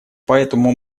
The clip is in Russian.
поэтому